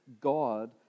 God